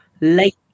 late